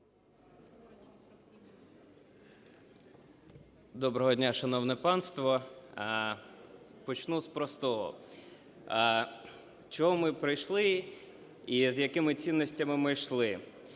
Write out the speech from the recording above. Доброго дня, шановне панство! Почну з простого, чого ми прийшли і з якими цінностями йшли.